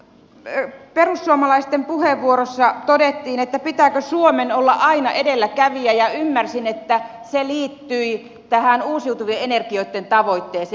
täällä perussuomalaisten puheenvuorossa todettiin että pitääkö suomen aina olla edelläkävijä ja ymmärsin että se liittyi tähän uusiutuvien energioitten tavoitteeseen